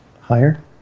higher